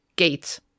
Gates